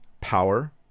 power